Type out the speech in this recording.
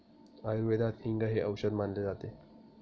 आयुर्वेदात हिंग हे औषध मानले जाते